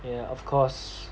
yeah of course